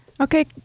Okay